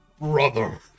brother